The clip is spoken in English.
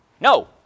No